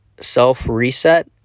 self-reset